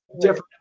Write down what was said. different